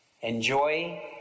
Enjoy